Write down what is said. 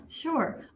Sure